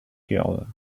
curve